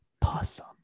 possum